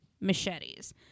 machetes